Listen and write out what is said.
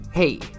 Hey